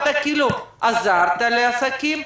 אתה כאילו עזרת לעסקים,